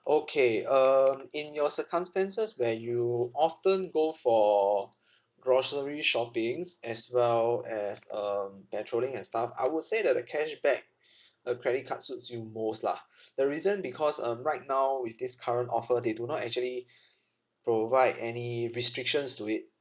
okay um in your circumstances where you often go for grocery shoppings as well as um petrolling and stuff I would say that the cashback uh credit card suits you most lah the reason because um right now with this current offer they do not actually provide any restrictions to it